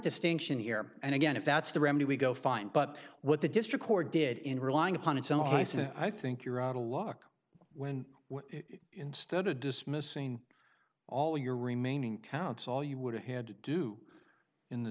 distinction here and again if that's the remedy we go find but what the district court did in relying upon itself i said i think you're out of luck when instead of dismissing all your remaining counts all you would have had to do in the